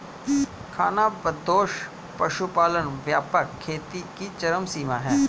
खानाबदोश पशुपालन व्यापक खेती की चरम सीमा है